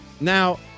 Now